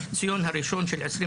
בחציון הראשון של 22'